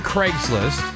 Craigslist